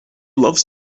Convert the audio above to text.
loves